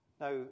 Now